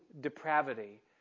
depravity